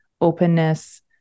openness